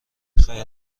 خیر